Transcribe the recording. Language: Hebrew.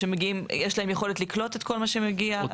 יש להם יכולת לקלוט את כל מה שמגיע?